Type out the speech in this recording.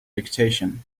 dictation